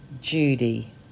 Judy